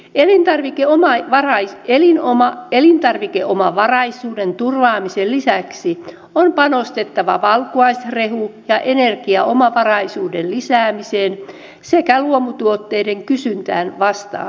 elintarvike omaan varhain eli omaa elintarvikeomavaraisuuden turvaamisen lisäksi on panostettava valkuaisrehu ja energiaomavaraisuuden lisäämiseen sekä luomutuotteiden kysyntään vastaamiseen